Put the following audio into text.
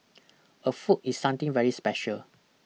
a foot is something very special